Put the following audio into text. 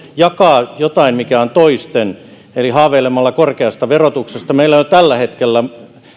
jakamalla jotain mikä on toisten eli haaveilemalla korkeasta verotuksesta meillä on siis jo tällä hetkellä